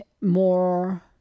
more